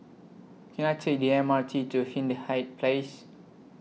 Can I Take The M R T to Hindhede Place